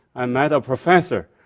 i met a professor.